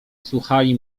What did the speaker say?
słuchali